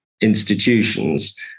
institutions